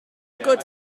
good